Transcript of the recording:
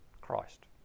Christ